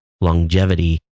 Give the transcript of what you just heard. longevity